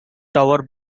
tower